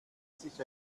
sich